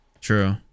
True